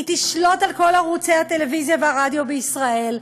היא תשלוט על כל ערוצי הטלוויזיה והרדיו בישראל.